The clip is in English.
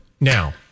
Now